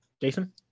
Jason